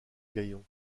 gaillon